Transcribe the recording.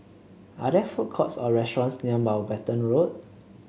are there food courts or restaurants near Mountbatten Road